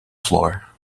floor